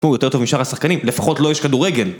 הוא יותר טוב משאר השחקנים, לפחות לו יש כדורגל.